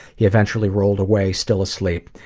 he eventually rolled away, still asleep.